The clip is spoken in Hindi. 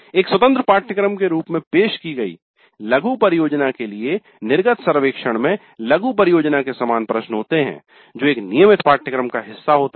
एक स्वतंत्र पाठ्यक्रम के रूप में पेश की गयी लघु परियोजना के लिए निर्गत सर्वेक्षण में लघु परियोजना के समान प्रश्न होते हैं जो एक नियमित पाठ्यक्रम का हिस्सा होता है